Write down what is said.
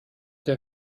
der